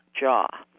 jaw